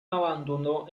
abandonó